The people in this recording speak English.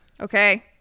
Okay